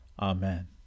Amen